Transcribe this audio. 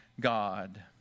God